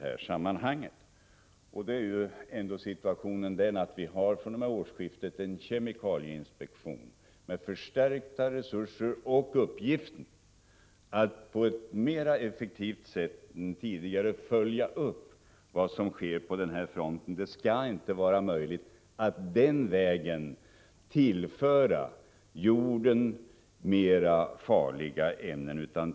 Men situationen är ändå den att vi fr.o.m. årsskiftet har en kemikalieinspektion med förstärkta resurser och med uppgiften att på ett mer effektivt sätt än tidigare följa upp vad som sker på den här fronten. Det skall inte vara möjligt att den här vägen tillföra jorden mer farliga ämnen.